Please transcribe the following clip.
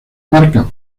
marcas